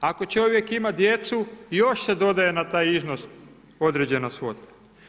Ako čovjek ima djecu još se dodaje na taj iznos određena svota.